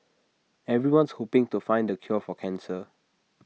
everyone's hoping to find the cure for cancer